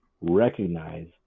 Recognize